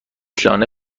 لانه